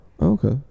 okay